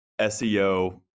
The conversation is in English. SEO